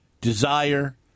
desire